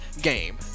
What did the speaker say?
game